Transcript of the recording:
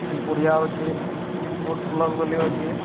ଖେଲ୍ ପଡ଼ିଆ ଅଛି ସ୍ପୋଟସ୍ କ୍ଲବ୍ ବୋଲି ଅଛି